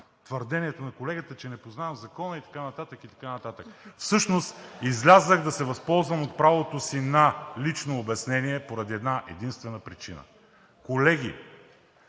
твърдението на колегата, че не познавам закона и така нататък, и така нататък. Всъщност излязох, за да се възползвам от правото си на лично обяснение поради една-единствена причина. Колеги,